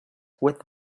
with